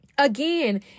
Again